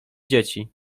dzieci